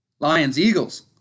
Lions-Eagles